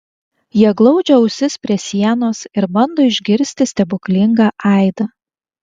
jie glaudžia ausis prie sienos ir bando išgirsti stebuklingą aidą